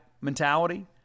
mentality